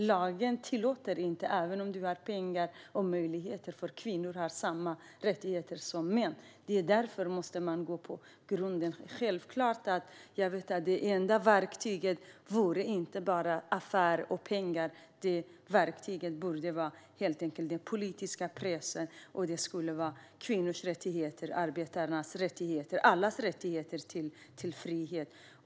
Lagarna tillåter inte kvinnor, även om de har pengar, att omfattas av samma rättigheter som män. De enda verktygen är inte affärer och pengar. Verktygen borde helt enkelt vara den politiska pressen för kvinnors, arbetares och allas rätt till frihet.